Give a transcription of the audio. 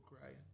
crying